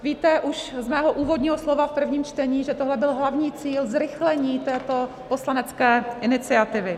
Víte už z mého úvodního slova v prvním čtení, že tohle byl hlavní cíl zrychlení této poslanecké iniciativy.